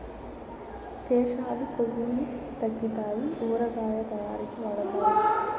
కేశాలు కొవ్వును తగ్గితాయి ఊరగాయ తయారీకి వాడుతారు